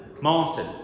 Martin